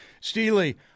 Steely